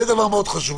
זה דבר מאוד חשוב.